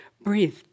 breathe